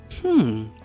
Hmm